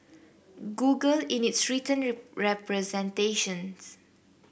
Google in its written representations